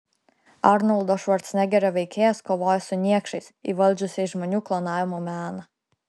arnoldo švarcnegerio veikėjas kovoja su niekšais įvaldžiusiais žmonių klonavimo meną